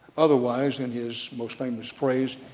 otherwise, in his most famous phrase,